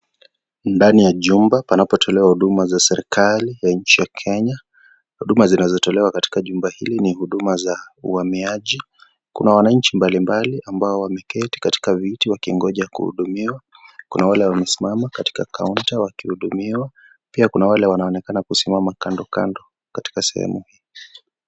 Ndani ya chumba, panapotolewa huduma za serikali ya nchi ya Kenya. Huduma zinazotolewa katika chumba hili, ni huduma za uamiaji. Kuna wanainchi mbalimbali ambao wameketi katika viti wakingoja kuhudumiwa. Kuna wale wamesimama katika kaunta wakihudumiwa ,pia kuna wale wanaonekana kusimama kando kando katika sehemu hii.